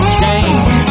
change